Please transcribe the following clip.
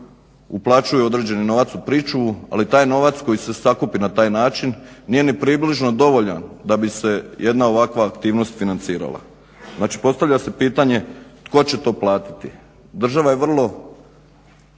uplaćuju određeni novac u pričuvu, ali taj novac koji se sakupi na taj način nije ni približno dovoljan da bi se jedna ovakva aktivnost financirala. Znači, postavlja se pitanje tko će to platiti? Država je vrlo